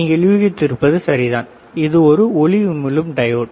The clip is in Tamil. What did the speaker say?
நீங்கள் யூகித்திருப்பது சரிதான் இது ஒரு ஒளி உமிழும் டையோடு